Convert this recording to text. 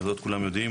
וזאת כולם יודעים.